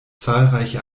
zahlreiche